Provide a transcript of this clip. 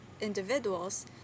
individuals